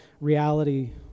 reality